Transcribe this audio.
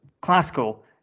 classical